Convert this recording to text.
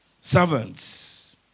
Servants